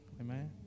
Amen